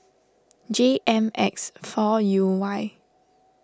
J M X four U Y